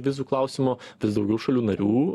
vizų klausimo vis daugiau šalių narių